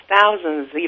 thousands